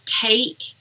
cake